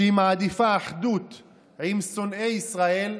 שהיא מעדיפה אחדות עם שונאי ישראל,